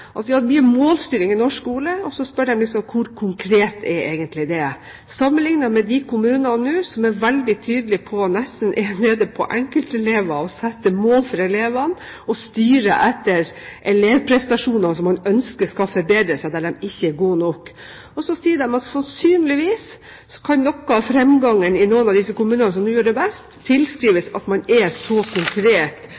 at vi har mye målstyring i norsk skole, og så spør de hvor konkret det egentlig er, sammenliknet med de kommunene som nå er veldig tydelige på, nesten nede på enkeltelever, å sette mål for elevene og styre etter elevprestasjoner som man ønsker skal forbedres der de ikke er gode nok. Og så sier de at sannsynligvis kan noe av framgangen i noen av de kommunene som gjør det best,